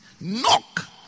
Knock